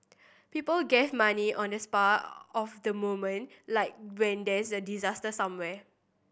people give money on the spur of the moment like when there's a disaster somewhere